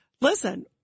listen